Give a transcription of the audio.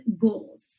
goals